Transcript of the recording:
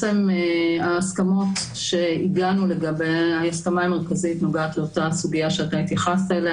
ההסכמה המרכזית נוגעת לסוגיה שאתה התייחסת אליה,